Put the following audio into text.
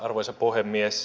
arvoisa puhemies